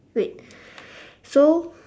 wait so